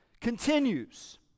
continues